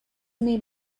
may